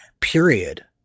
period